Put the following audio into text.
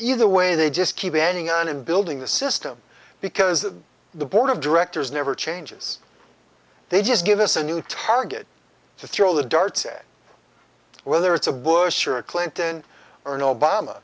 either way they just keep banging on and building the system because the board of directors never changes they just give us a new target to throw the darts at whether it's a bush or a clinton or